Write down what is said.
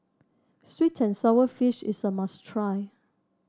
sweet and sour fish is a must try